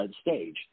stage